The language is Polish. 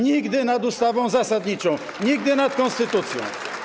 Nigdy nad ustawą zasadniczą, nigdy nad konstytucją.